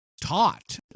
taught